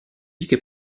che